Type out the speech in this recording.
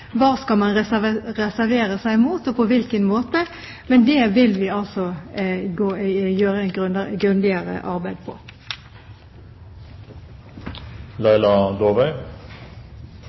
Hva skal man reservere seg mot, og på hvilken måte. Det vil vi altså gjøre et grundigere arbeid